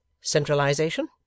Centralisation